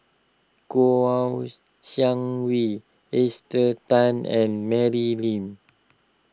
Kouo Shang Wei Esther Tan and Mary Lim